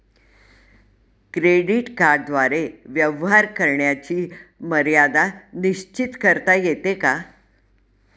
Credit कार्डद्वारे व्यवहार करण्याची मर्यादा निश्चित करता येते का?